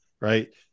right